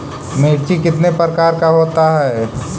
मिर्ची कितने प्रकार का होता है?